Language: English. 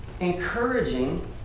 encouraging